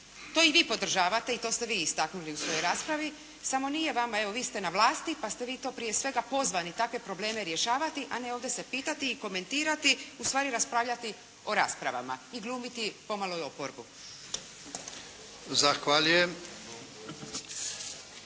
To i vi podržavate i to ste vi istaknuli u svojoj raspravi, samo nije vama. Vi ste na vlasti pa ste vi prije svega pozvati takve probleme rješavati a ne ovdje se pitati i komentirati ustvari raspravljati o raspravama i glumiti pomalo i oporbu.